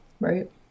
right